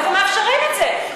אנחנו מאפשרים את זה.